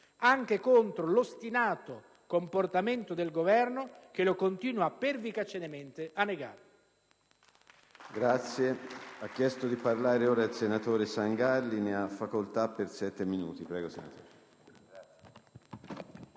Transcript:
anche contro l'ostinato comportamento del Governo, che lo continua pervicacemente a negare.